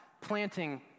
planting